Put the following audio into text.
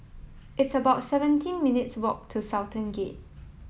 it's about seventeen minutes' walk to Sultan Gate